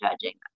judging